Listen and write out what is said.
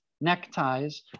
neckties